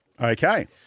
Okay